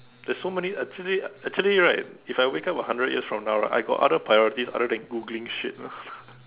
there's so many actually ah actually right if I wake up a hundred years from now on I got other priorities other than Googling shit lor